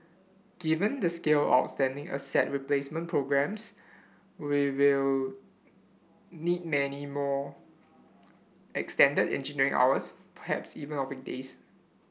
given the scale outstanding asset replacement programmes we will need many more extended engineering hours perhaps even on weekdays